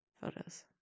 photos